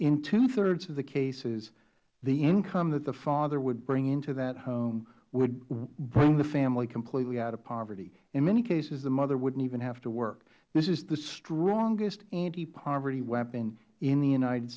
in two thirds of the cases the income the father would bring into that home would bring the family completely out of poverty in many cases the mother wouldnt even have to work this is the strongest anti poverty weapon in the united